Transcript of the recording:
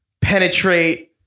penetrate